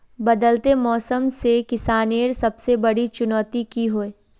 बदलते मौसम से किसानेर सबसे बड़ी चुनौती की होय?